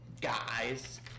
guys